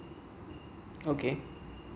okay